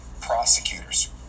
prosecutors